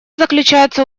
заключается